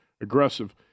aggressive